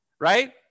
Right